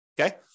Okay